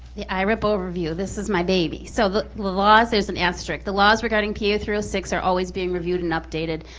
the irip overview, this is my baby. so the laws, there's an asterisk, the laws regarding p a three zero six are always being reviewed and updated.